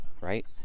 right